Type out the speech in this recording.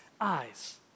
eyes